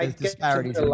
disparities